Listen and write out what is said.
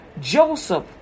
Joseph